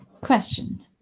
Question